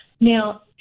Now